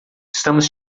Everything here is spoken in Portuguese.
estamos